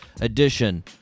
edition